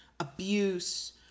abuse